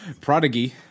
prodigy